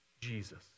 Jesus